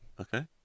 Okay